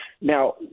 Now